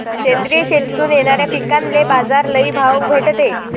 सेंद्रिय शेतीतून येनाऱ्या पिकांले बाजार लई भाव भेटते